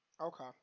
Okay